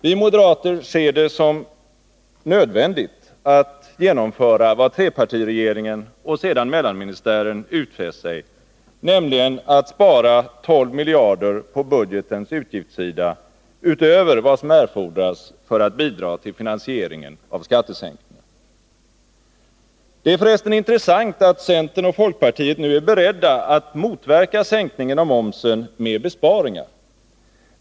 Vi moderater ser det som nödvändigt att genomföra vad trepartiregeringen och sedan mellanministären utfäst sig, nämligen att spara 12 miljarder på budgetens utgiftssida utöver vad som erfordras för att bidra till finansieringen av skattesänkningar. Det är förresten intressant att centern och folkpartiet nu är beredda att motverka sänkningen av momsen med besparingar.